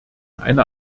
eine